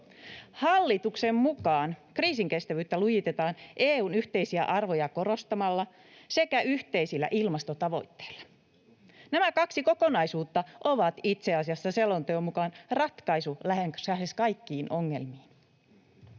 Hallituksen mukaan kriisinkestävyyttä lujitetaan EU:n yhteisiä arvoja korostamalla sekä yhteisillä ilmastotavoitteilla. Nämä kaksi kokonaisuutta ovat itse asiassa selonteon mukaan ratkaisu lähes kaikkiin ongelmiin.